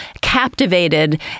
captivated